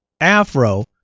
afro